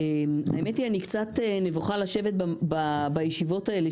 האמת היא שאני קצת נבוכה לשבת בישיבות האלה